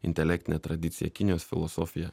intelektinę tradiciją kinijos filosofiją